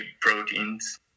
proteins